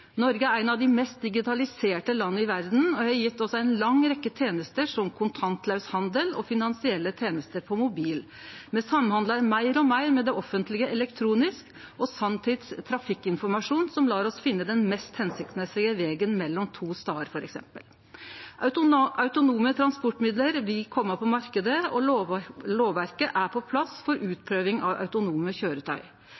Noreg er eit av dei mest digitaliserte landa i verda, og det har gjeve oss ei lang rekkje tenester som kontantlaus handel og finansielle tenester på mobil. Me samhandlar meir og meir med det offentlege elektronisk, og me har sanntidstrafikkinformasjon, som lar oss finne den mest hensiktsmessige vegen mellom to stader, f.eks. Autonome transportmiddel vil kome på marknaden, og lovverket er på plass for